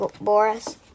Boris